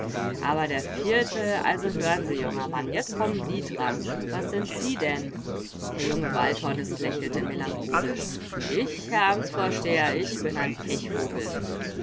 aber der vierte also hör'n sie junger mann jetzt kommen sie dran was sind sie denn der junge waldhornist lächelte melancholisch ich herr amtsvorsteher ich bin ein pechvogel